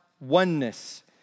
oneness